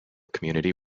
community